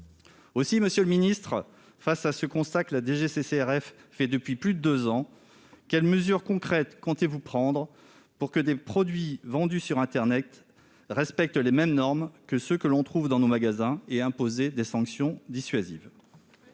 Monsieur le ministre, face au constat que la DGCCRF a établi depuis plus de deux ans, quelles mesures concrètes comptez-vous prendre pour que les produits vendus sur internet respectent les mêmes normes que ceux que l'on trouve dans les magasins ? Comment ferez-vous pour imposer des sanctions dissuasives ?